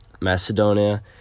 Macedonia